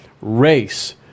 race